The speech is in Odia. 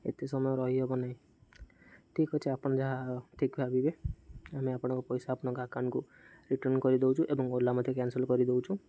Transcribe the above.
ଏତେ ସମୟ ରହିହେବ ନାହିଁ ଠିକ୍ ଅଛି ଆପଣ ଯାହା ଠିକ୍ ଭାବିବେ ଆମେ ଆପଣଙ୍କ ପଇସା ଆପଣଙ୍କ ଆକାଉଣ୍ଟକୁ ରିଟର୍ଣ୍ଣ କରିଦେଉଛୁ ଏବଂ ଓଲା ମଧ୍ୟ କ୍ୟାନସଲ୍ କରିଦେଉଛୁ